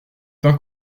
pain